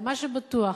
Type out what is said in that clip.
מה שבטוח,